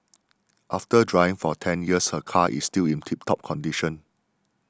after driving for ten years her car is still in tip top condition